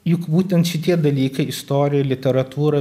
juk būtent šitie dalykai istorija literatūra